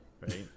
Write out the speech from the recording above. right